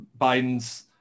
Biden's